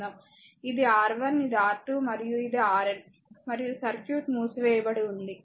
ఇది R1 ఇది R2 మరియు ఇది Rn మరియు సర్క్యూట్ మూసివేయబడి ఉంది